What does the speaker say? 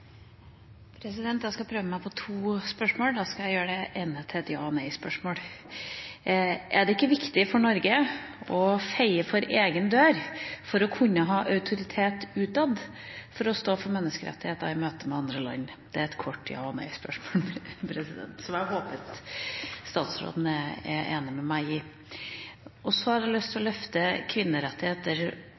Jeg skal prøve meg på to spørsmål, og jeg skal gjøre det ene til et ja- eller nei-spørsmål. Er det ikke viktig for Norge å feie for egen dør for å kunne ha autoritet utad med hensyn til å stå for menneskerettigheter i møte med andre land? Det er et kort ja- eller nei-spørsmål, som jeg håper at utenriksministeren er enig med meg i. Så har jeg lyst til å løfte fram kvinnerettigheter,